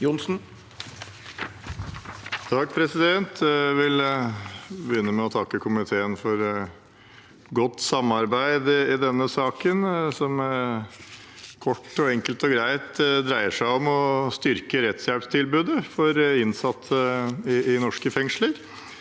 for saken): Jeg vil begynne med å takke komiteen for godt samarbeid i denne saken, som kort, enkelt og greit dreier seg om å styrke rettshjelpstilbudet for innsatte i norske fengsler.